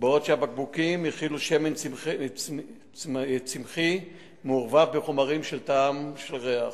בעוד שהבקבוקים הכילו שמן צמחי מעורבב בחומרים של טעם ושל ריח.